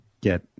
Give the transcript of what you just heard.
get